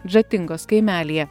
džatingos kaimelyje